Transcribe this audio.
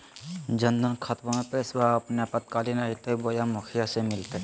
जन धन खाताबा में पैसबा अपने आपातकालीन आयते बोया मुखिया से मिलते?